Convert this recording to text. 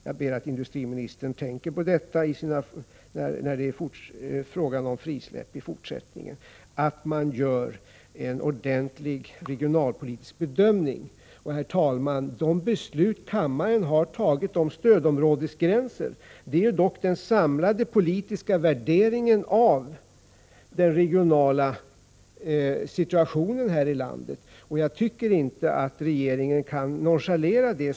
Jag ber industriministern tänka på att när det är fråga om frisläpp i fortsättningen göra en ordentlig regionalpolitisk bedömning. Herr talman! De beslut kammaren har tagit om stödområdesgränser utgör den samlade politiska värderingen av den regionala situationen här i landet, och jag tycker inte att regeringen kan nonchalera detta.